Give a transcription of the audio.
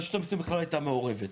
רשות המיסים בכלל לא הייתה המעורבת.